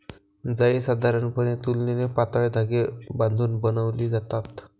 जाळी साधारणपणे तुलनेने पातळ धागे बांधून बनवली जातात